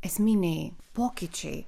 esminiai pokyčiai